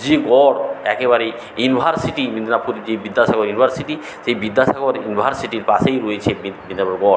যে গড় একেবারে ইউনিভার্সিটি মেদিনীপুর যে বিদ্যাসাগর ইউনিভার্সিটি সেই বিদ্যাসাগর ইউনিভার্সিটির পাশেই রয়েছে মেদিনীপুর গড়